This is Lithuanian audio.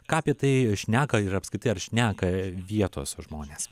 ką apie tai šneka ir apskritai ar šneka vietos žmonės